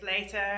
later